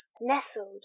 nestled